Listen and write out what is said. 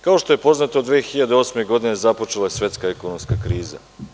Kao što je poznato, 2008. godine započela je svetska ekonomska kriza.